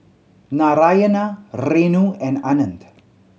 Narayana Renu and Anand